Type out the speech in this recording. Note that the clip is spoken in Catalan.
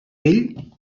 vell